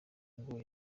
ngo